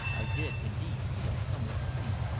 i did indeed feel somewhat faint,